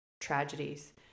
tragedies